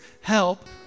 help